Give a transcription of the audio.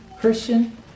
Christian